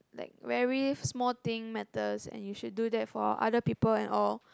like very small thing matters and you should do that for other people and all